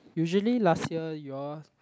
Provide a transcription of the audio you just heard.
usually last year you all